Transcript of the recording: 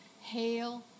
Hail